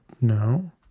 No